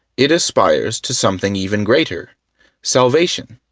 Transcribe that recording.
it aspires to something even greater salvation.